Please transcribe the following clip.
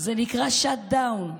זה נקרא shut down.